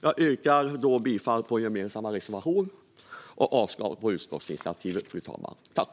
Jag yrkar bifall till vår gemensamma reservation och avslag på förslaget om utskottsinitiativet, fru talman.